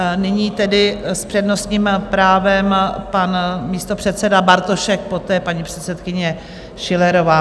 Nyní tedy s přednostním právem pan místopředseda Bartošek, poté paní předsedkyně Schillerová.